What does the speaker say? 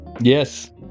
yes